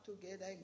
together